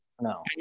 No